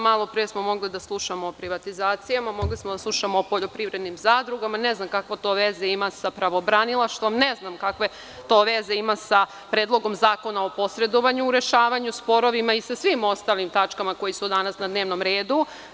Malopre smo mogli da slušamo o privatizacijama, mogli smo da slušamo o poljoprivrednim zadrugama, ali ne znam kakve to veze ima sa pravobranilaštvom i ne znam kakve to veze ima sa Predlogom zakona o posredovanju u rešavanju sporovima i sa svim ostalim tačkama koje su danas na dnevnom redu.